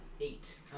Eight